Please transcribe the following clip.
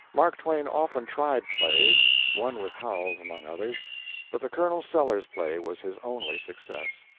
mark twain often tried plays one with howells, among others but the colonel sellers play was his only success.